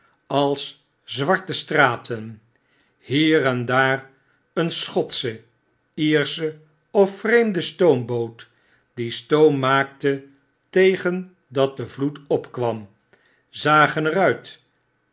als zwarte straten hier en daar een schotsche iersche of vreemde stoomboot die stoom maakte tegen dat de vloed opkwam zagen er